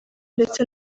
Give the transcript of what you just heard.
ndetse